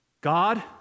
God